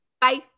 Bye